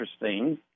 interesting